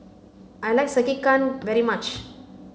I like Sekihan very much